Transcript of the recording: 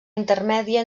intermèdia